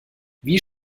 wie